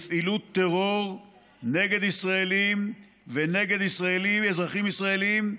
לפעילות טרור נגד ישראלים ונגד אזרחים ישראלים,